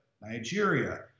Nigeria